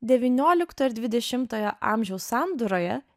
devyniolikto ir dvidešimtojo amžiaus sandūroje